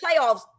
playoffs